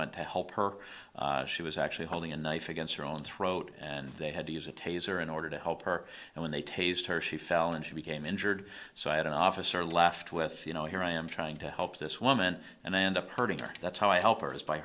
went to help her she was actually holding a knife against her own throat and they had to use a taser in order to help her and when they tasered her she fell and she became injured so i had an officer left with you know here i am trying to help this woman and i end up hurting her that's how i help or has by